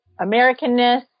Americanness